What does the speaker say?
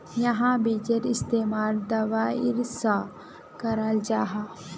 याहार बिजेर इस्तेमाल दवाईर सा कराल जाहा